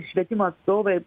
švietimo atstovai